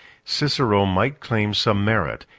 cicero might claim some merit,